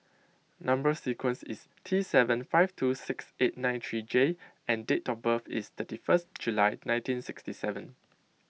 Number Sequence is T seven five two six eight nine three J and date of birth is thirty first July nineteen sixty seven